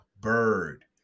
bird